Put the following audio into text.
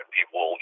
People